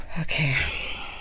Okay